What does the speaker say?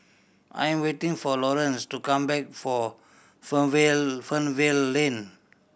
I am waiting for Lawrance to come back for Fernvale Lane